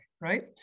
right